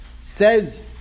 Says